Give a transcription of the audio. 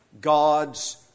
God's